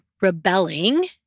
rebelling